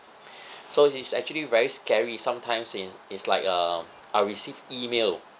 so it's actually very scary sometimes it's it's like uh I receive email